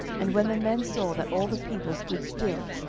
and when the man saw that all the people stood still,